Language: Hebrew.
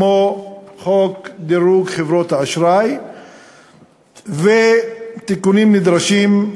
כמו חוק דירוג חברות האשראי ותיקונים נדרשים